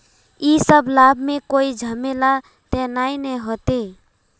इ सब लाभ में कोई झमेला ते नय ने होते?